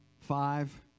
five